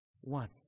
One